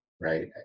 Right